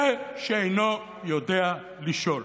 זה שאינו יודע לשאול.